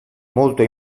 molto